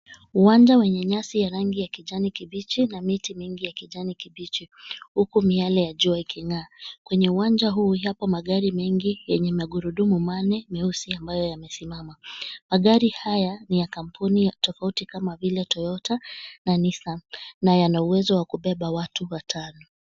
Uwanja wenye nyasi ya rangi ya kijani kibichi na miti mingi ya kijani kibichi huku miale ya jua iking'aa. Magari haya ni ya kampuni tofauti kama vile Toyota na Nissan na yana uwezo wa kubeba watu watano.